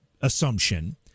assumption